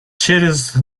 через